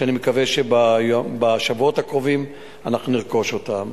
ואני מקווה שבשבועות הקרובים אנחנו נרכוש אותן.